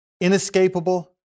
Inescapable